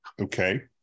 okay